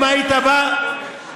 אם היית בא ואומר: